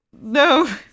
no